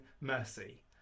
mercy